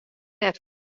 net